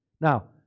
Now